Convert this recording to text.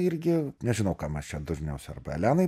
irgi nežinau ką mes čia dažniausiai arba elenai